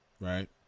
right